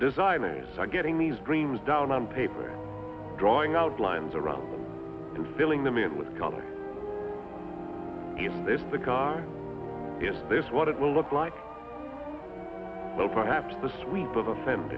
designers are getting these dreams down on paper drawing outlines around filling them in with color in this the car is this what it will look like well perhaps the sweep of offend